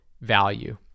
value